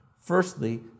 Firstly